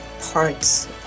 parts